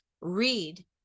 read